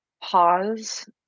pause